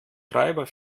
treiber